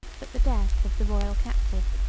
but the death of the royal captive,